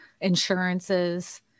insurances